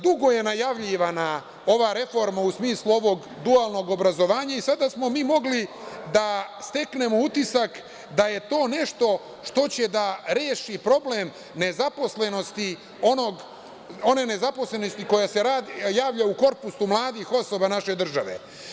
Dugo je najavljivana ova reforma u smislu ovog dualnog obrazovanja i sada smo mi mogli da steknemo utisak da je to nešto što će da reši problem one nezaposlenosti koja se javlja u korpusu mladih osoba naše države.